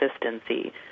consistency